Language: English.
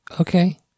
okay